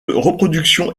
reproduction